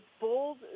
bold